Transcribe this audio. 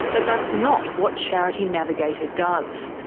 but that's not what charity navigator does.